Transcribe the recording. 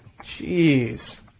Jeez